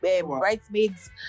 bridesmaids